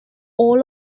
all